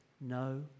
no